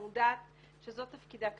מודעת שזה תפקידה כרגע,